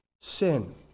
sin